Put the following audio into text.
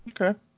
Okay